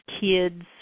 kids